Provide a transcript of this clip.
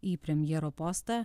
į premjero postą